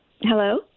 Hello